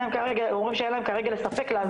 הם אומרים שאין להם כרגע לספק להסדרה הישנה.